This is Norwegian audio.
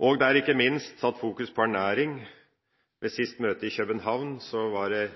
Det er ikke minst satt fokus på ernæring. Ved siste møte i København var det